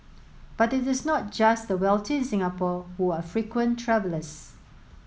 but it is not just the wealthy in Singapore who are frequent travellers